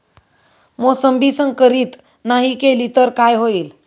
मोसंबी संकरित नाही केली तर काय होईल?